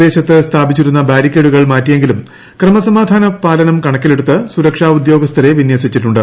പ്രദേശത്ത് സ്ഥാപിച്ചിരുന്ന ബാരിക്കേഡുകൾ മാറ്റിയെങ്കിലും ക്രമസമാധാന പാലനം കണക്കിലെടുത്ത് സുരക്ഷാ ഉദ്യോഗസ്ഥരെ വിന്യസിച്ചിട്ടുണ്ട്